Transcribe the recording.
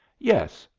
yes.